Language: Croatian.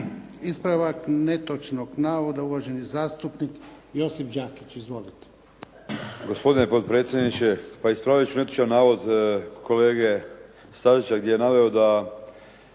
Ispravak netočnog navoda, uvaženi zastupnik Josip Đakić. Izvolite.